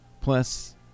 plus